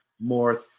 more